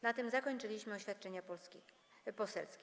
Na tym zakończyliśmy oświadczenia poselskie.